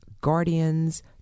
guardians